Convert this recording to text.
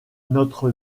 notre